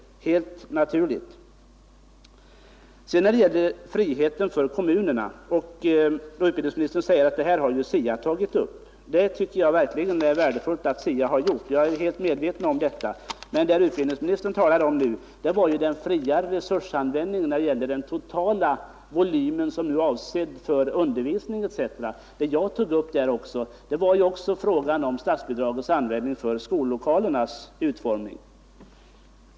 Utbildningsministern säger vidare att SIA-utredningen har tagit upp frågan om kommunernas frihet i detta sammanhang. Det är verkligen värdefullt att SIA-utredningen gjort detta, och jag är medveten om att så har skett. Men det som utbildningsministern nu talade om var den fria användningen av den totala resursvolym som är avsedd för undervisning etc. Jag tog emellertid också upp frågan om en friare användning av statsbidragen för skollokalernas utformning.